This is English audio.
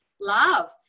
love